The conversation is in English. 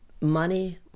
money